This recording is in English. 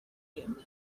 you